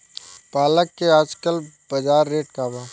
पालक के आजकल बजार रेट का बा?